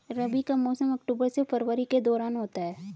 रबी का मौसम अक्टूबर से फरवरी के दौरान होता है